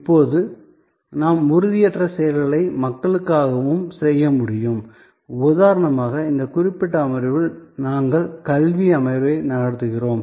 இப்போது நாம் உறுதியற்ற செயல்களை மக்களுக்காகவும் செய்ய முடியும் உதாரணமாக இந்த குறிப்பிட்ட அமர்வில் நாங்கள் கல்வி அமர்வை நடத்துகிறோம்